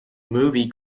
movie